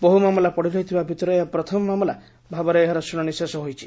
ବହୁ ମାମଲା ପଡ଼ିରହିଥିବା ଭିତରେ ଏହା ପ୍ରଥମ ମାମଲା ଭାବରେ ଏହାର ଶୁଶାଣି ଶେଷ ହୋଇଛି